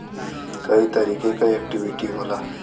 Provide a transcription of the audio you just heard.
कई तरीके क इक्वीटी होला